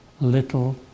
little